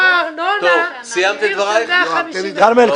להעביר מקום ל-25,000 --- ולמנוע ארנונה מעיר של 150,000. כרמל,